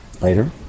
later